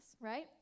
right